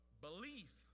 belief